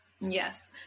Yes